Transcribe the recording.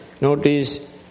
notice